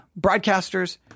broadcasters